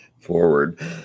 forward